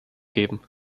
geben